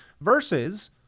versus